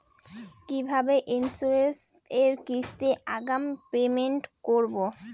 কিভাবে ইন্সুরেন্স এর কিস্তি আগাম পেমেন্ট করবো?